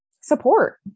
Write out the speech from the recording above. support